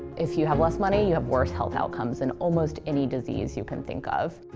if you have less money, you have worse health outcomes in almost any disease you can think of.